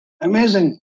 Amazing